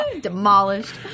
demolished